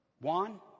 Juan